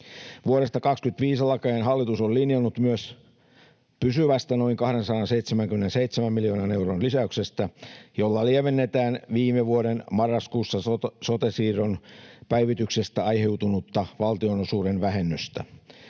Vuodesta 25 alkaen hallitus on linjannut myös pysyvästä noin 277 miljoonan euron lisäyksestä, jolla lievennetään viime vuoden marraskuussa sote-siirron päivityksestä aiheutunutta valtionosuuden vähennystä.